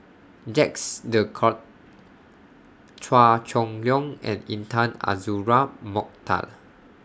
Jacques De Coutre Chua Chong Long and Intan Azura Mokhtar